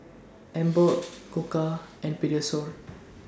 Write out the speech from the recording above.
Emborg Koka and Pediasure